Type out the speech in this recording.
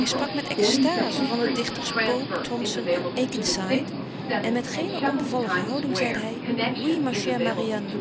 hy sprak met extase van de dichters pope thomson en akenside en met geene onbevallige houding zeide hy oui ma chere marianne